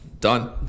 Done